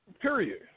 Period